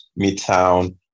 Midtown